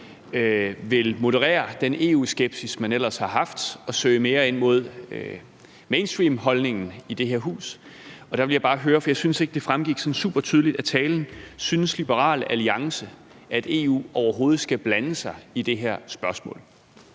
vil moderere den EU-skepsis, man ellers har haft, og søge mere ind mod mainstreamholdningen i det her hus. Der vil jeg bare høre, for jeg synes ikke, at det fremgik sådan supertydeligt af talen: Synes Liberal Alliance, at EU overhovedet skal blande sig i det her spørgsmål?